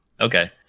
Okay